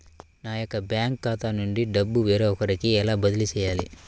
నా యొక్క బ్యాంకు ఖాతా నుండి డబ్బు వేరొకరికి ఎలా బదిలీ చేయాలి?